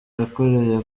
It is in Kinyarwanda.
yakoreye